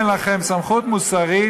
אין לכם סמכות מוסרית,